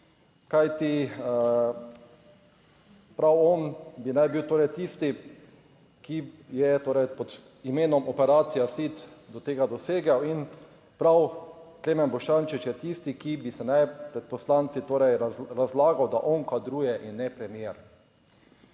Kajti, prav on bi naj bil torej tisti, ki je torej pod imenom operacija SID do tega dosegel in prav Klemen Boštjančič je tisti, ki bi naj pred poslanci torej razlagal, da on kadruje in ne premier.